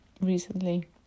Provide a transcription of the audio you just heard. recently